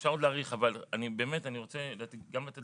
אפשר עוד להאריך אבל אני באמת רוצה גם לתת